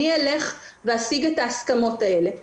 הוא ישיג את ההסכמות האלה.